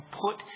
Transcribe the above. put